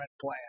plan